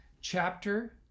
chapter